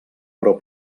però